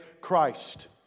Christ